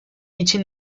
için